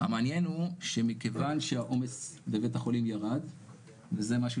המעניין הוא שמכיוון שהעומס בבית החולים ירד וזה משהו